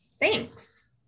Thanks